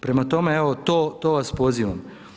Prema tome, evo, to, to vas pozivam.